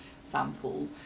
sample